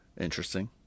interesting